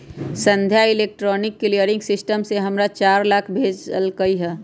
संध्या electronic clearing system से हमरा चार लाख भेज लकई ह